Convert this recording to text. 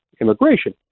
immigration